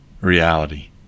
reality